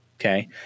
Okay